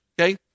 Okay